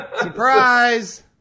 Surprise